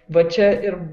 va čia ir